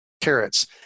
carrots